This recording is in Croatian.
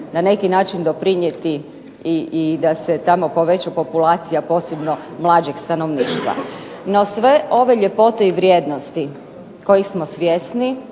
na neki način doprinijeti i da se tamo poveća populacija posebno mlađeg stanovništva. No, sve ove ljepote i vrijednosti kojih smo svjesni